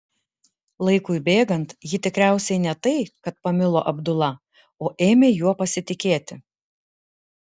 laikui bėgant ji tikriausiai ne tai kad pamilo abdula o ėmė juo pasitikėti